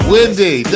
Wendy